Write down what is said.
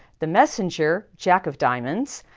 the messenger jack of diamonds,